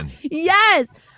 Yes